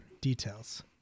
details